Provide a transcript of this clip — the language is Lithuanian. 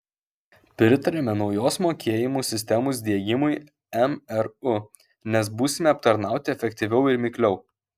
pritariame naujos mokėjimų sistemos diegimui mru nes būsime aptarnauti efektyviau ir mikliau